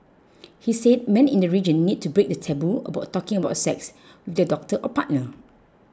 he said men in the region need to break the taboo about talking about sex with their doctor or partner